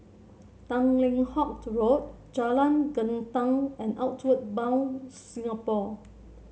Tanglin Halt Road Jalan Gendang and Outward Bound Singapore